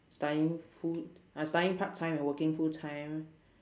studying full uh studying part time and working full time